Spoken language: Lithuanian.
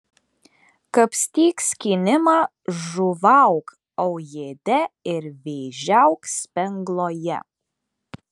kapstyk skynimą žuvauk aujėde ir vėžiauk spengloje